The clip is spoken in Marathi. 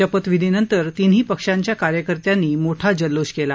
शपथविधीनंतर तिन्ही पक्षांच्या कार्यकर्त्यांनी मोठा जल्लोष केला